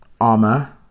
armor